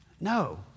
No